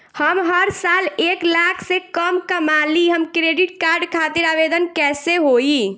हम हर साल एक लाख से कम कमाली हम क्रेडिट कार्ड खातिर आवेदन कैसे होइ?